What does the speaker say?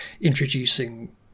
introducing